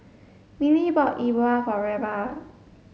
Milly bought E Bua for Reba